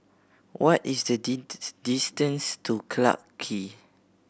what is the distance to Clarke Quay